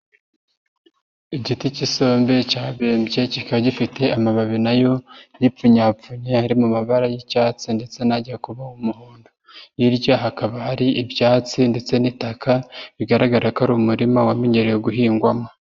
Igiti k'isombe cyabembye kikaba gifite amababi na yo yipfunyapfunnye ari mu mabara y'icyatsi ndetse n'ajya kuba umuhondo, hirya hakaba ari ibyatsi ndetse n'itaka bigaragara ko ari umurima wamenyereye guhingwamo.